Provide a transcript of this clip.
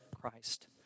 Christ